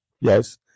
Yes